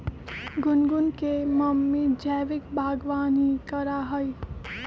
गुनगुन के मम्मी जैविक बागवानी करा हई